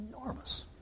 Enormous